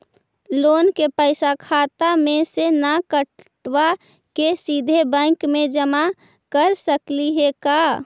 Loan के पैसा खाता मे से न कटवा के सिधे बैंक में जमा कर सकली हे का?